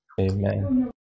Amen